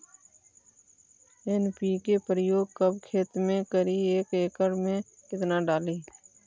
NPK प्रयोग कब खेत मे करि एक एकड़ मे कितना डाली?